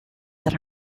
that